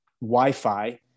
Wi-Fi